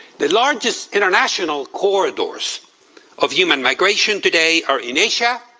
the largest international corridors of human migration today are in asia,